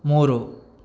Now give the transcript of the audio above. ಮೂರು